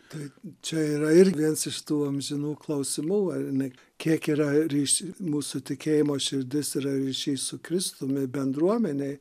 tai čia yra ir viens iš tų amžinų klausimų ar jinai kiek yra ryš mūsų tikėjimo širdis yra ryšy su kristumi bendruomenėj